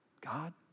God